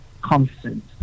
constant